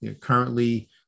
currently